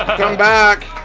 come back.